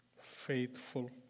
faithful